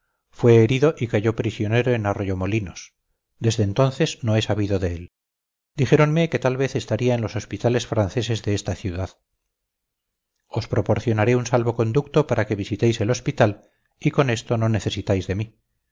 fue herido y cayó prisionero en arroyomolinos desde entonces no he sabido de él dijéronme que tal vez estaría en los hospitales franceses de esta ciudad os proporcionaré un salvo-conducto para que visitéis el hospital y con esto no necesitáis de mí